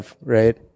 right